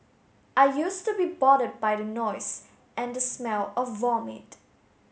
I used to be bothered by the noise and the smell of vomit